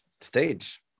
stage